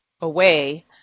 away